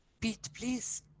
pete please.